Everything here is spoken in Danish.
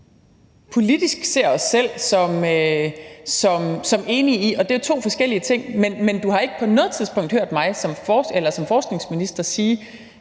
politisk – ser os selv som enige i. Det er jo to forskellige ting. Men du har ikke på noget tidspunkt hørt mig som forskningsminister sige,